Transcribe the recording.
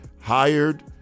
Hired